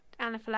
Anaphylactic